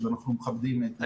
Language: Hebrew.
אז אנחנו מכבדים את זה.